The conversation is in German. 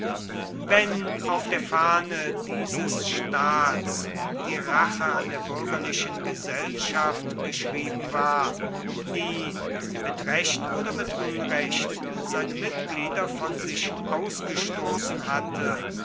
wenn auf der fahne dieses staats die rache an der bürgerlichen gesellschaft geschrieben war die mit recht oder mit unrecht seine mitglieder von sich ausgestoßen hatte